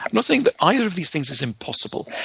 i'm not saying that either of these things is impossible,